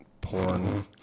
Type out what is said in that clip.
porn